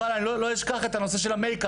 אני לא אשכח את הנושא של המייק-אפ.